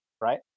right